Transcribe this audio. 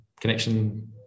connection